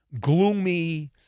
gloomy